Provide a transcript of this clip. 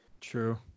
True